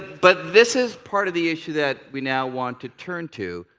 but this is part of the issue that we now want to turn to.